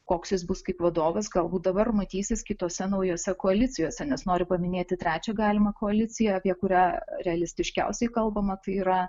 koks jis bus kaip vadovas galbūt dabar matysis kitose naujose koalicijose nes noriu paminėti trečią galimą koaliciją apie kurią realistiškiausiai kalbama tai yra